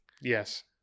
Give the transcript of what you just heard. Yes